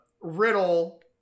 riddle